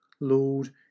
Lord